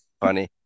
Funny